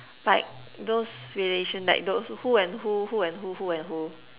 like those relation like those who and who who and who who and who